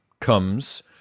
comes